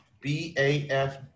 B-A-F